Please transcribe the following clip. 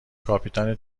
کاپیتان